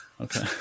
Okay